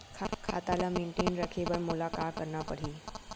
खाता ल मेनटेन रखे बर मोला का करना पड़ही?